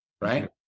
right